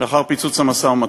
לאחר פיצוץ המשא-ומתן.